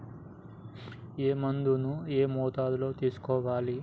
ఏ మందును ఏ మోతాదులో తీసుకోవాలి?